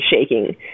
shaking